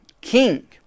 king